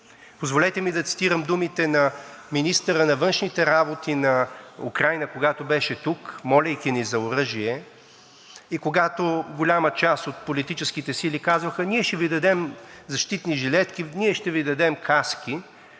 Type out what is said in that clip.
Позволете ми да цитирам думите на министъра на външните работи на Украйна, когато беше тук, молейки ни за оръжие, и когато голяма част от политическите сили казваха: „Ние ще Ви дадем защитни жилетки, ние ще Ви дадем каски“